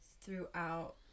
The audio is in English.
throughout—